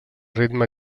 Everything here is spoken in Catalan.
ritme